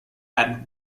added